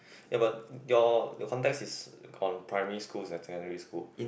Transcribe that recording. ya but your your context is on primary school and secondary school